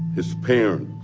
his parents,